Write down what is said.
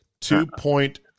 Two-point